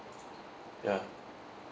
ya